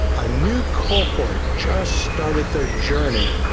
a new cohort just started their journey.